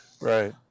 Right